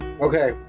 Okay